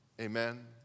amen